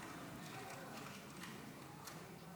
גברתי היושבת